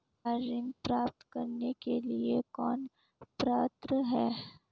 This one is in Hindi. कार ऋण प्राप्त करने के लिए कौन पात्र है?